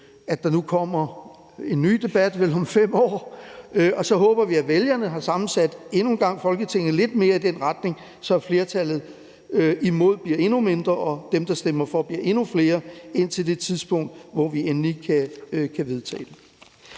at der nu kommer en ny debat, vel om 5 år, og så håber vi, at vælgerne endnu en gang har sammensat Folketinget på en måde, så det går lidt mere i den retning, at flertallet imod bliver endnu mindre og gruppen af dem, der stemmer for, bliver endnu større, indtil det tidspunkt, hvor vi endelig kan vedtage